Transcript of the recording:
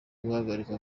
guhagarika